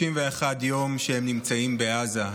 31 יום שהם נמצאים בעזה,